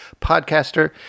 podcaster